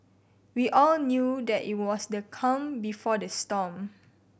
we all knew that it was the calm before the storm